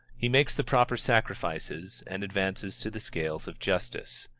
he makes the proper sacrifices, and advances to the scales of justice.